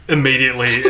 Immediately